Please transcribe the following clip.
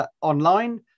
online